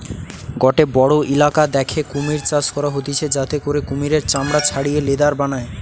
গটে বড়ো ইলাকা দ্যাখে কুমির চাষ করা হতিছে যাতে করে কুমিরের চামড়া ছাড়িয়ে লেদার বানায়